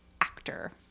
actor